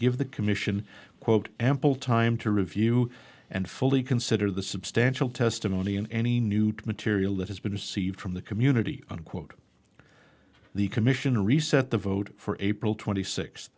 give the commission quote ample time to review and fully consider the substantial testimony and any new to material that has been received from the community unquote the commission reset the vote for april twenty six